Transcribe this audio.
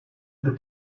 the